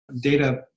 data